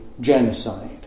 genocide